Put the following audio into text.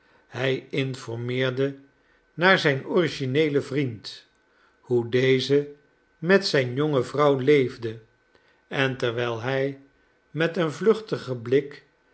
hij informeerde naar zijn origineelen vriend hoe deze met zijn jonge vrouw leefde en terwijl hij met een vluchtigen blik